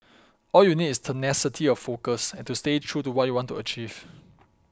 all you need is tenacity of focus and to stay true to what you want to achieve